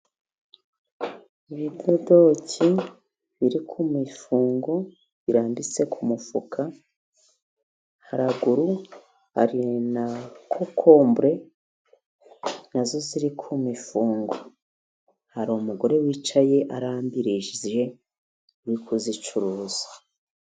Ibidodoki biri ku mifungo, birambitse ku mifuka, haruguru hari na kokombure nazo ziri ku mifungo. Hari umugore wicaye arambirije uri kuzicuruza.